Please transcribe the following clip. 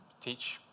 teach